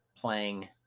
playing